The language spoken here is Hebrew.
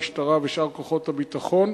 של המשטרה ושל שאר כוחות הביטחון.